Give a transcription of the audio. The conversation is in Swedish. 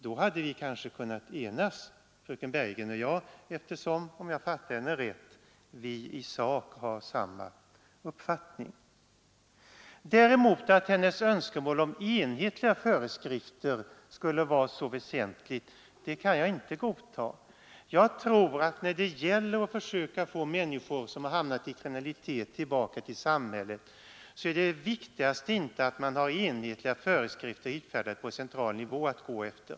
Då hade fröken Bergegren och jag kanske kunnat enas, eftersom vi i sak har samma uppfattning — om jag uppfattade fröken Bergegren rätt. Däremot kan jag inte godta fröken Bergegrens påstående att det skulle vara så väsentligt med enhetliga föreskrifter. När det gäller att försöka få människor som hamnat i kriminalitet tillbaka till samhället tror jag inte att det viktigaste är att ha enhetliga föreskrifter, utfärdade på central nivå, att gå efter.